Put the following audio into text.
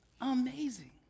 Amazing